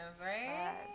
right